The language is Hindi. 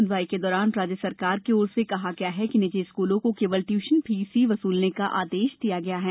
सुनवाई के दौरान राज्य सरकार की ओर से कहा गया कि निजी स्कूलों को केवल ट्यूशन फीस ही वसूलने का आदेश दिया गया है